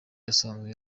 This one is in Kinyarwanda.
asanzwe